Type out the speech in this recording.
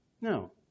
No